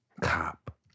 Cop